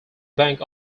bank